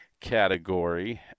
category